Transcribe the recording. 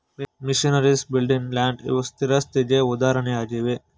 missionaries, building, land ಇವು ಸ್ಥಿರಾಸ್ತಿಗೆ ಉದಾಹರಣೆಯಾಗಿವೆ